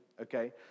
Okay